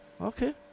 okay